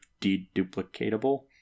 deduplicatable